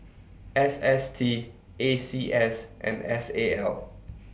S S T A C S and S A L